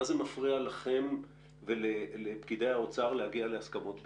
מה זה מפריע לכם ולפקידי האוצר להגיע להסכמות ביניכם?